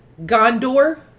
Gondor